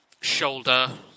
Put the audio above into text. shoulder